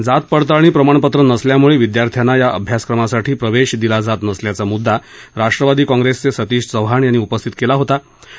जात पडताळणी प्रमाणपत्र नसल्यामुळे विद्यार्थ्यांना या अभ्यासक्रमासाठी प्रवेश दिला जात नसल्याचा मुद्दा राष्ट्रवादी काँग्रेसचे सतीश चव्हाण यांनी उपस्थित केला होता होता